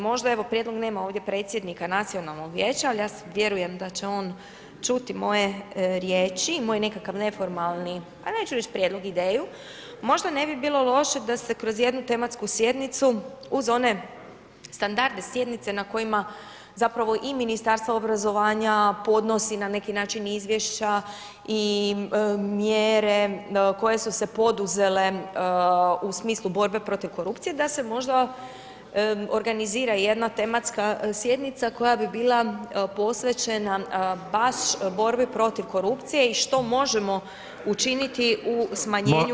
Možda, evo prijedlog, nema ovdje predsjednika nacionalnog vijeća, ali ja vjerujem da će on čuti moje riječi i moj nekakav neformalni, a neću reći prijedlog, ideju, možda ne bi bilo loše da se kroz jednu tematsku sjednicu uz one standarde sjednice na kojima zapravo i Ministarstvo obrazovanja podnosi na neki način izvješća, i mjere koje su se poduzele u smislu borbe protiv korupcije da se možda organizira jedna tematska sjednica koja bi bila posvećena baš borbi protiv korupcije i što možemo učiniti u smanjenju